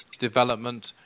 development